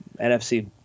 NFC